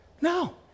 No